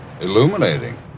Illuminating